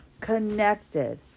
connected